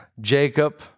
Jacob